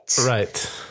Right